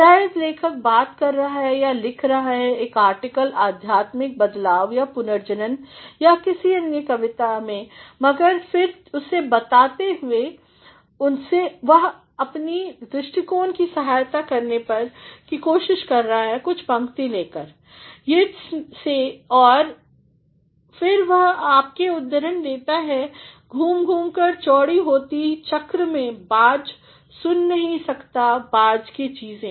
शायद लेखक बात कर रहा है या लिख रहा है एक आर्टिकल आध्यात्मिक बदलाव परपुनर्जननमें किसी अन्य कविता में मगर फिर उसे बनाते समय वह अपनी दृष्टिकोण की सहायता करने की कोशिश भी कर रहा है कुछ पंक्ति ले कर आपको उद्धरण देता है घूम घूम कर चौड़ी होती चक्र मेंबाज़सुन नहीं सकता बाज़ के चीज़ें